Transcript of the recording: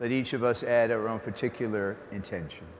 that each of us add our own particular intention